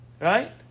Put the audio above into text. Right